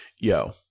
yo